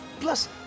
Plus